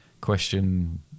Question